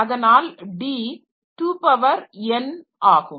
அதனால் d 2 power n ஆகும்